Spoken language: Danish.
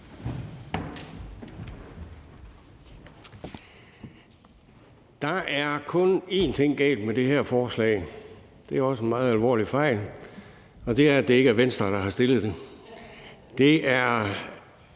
Der er kun én ting galt med det her forslag, og det er også en meget alvorlig fejl. Og det er, at det ikke er Venstre, der har fremsat det. Det er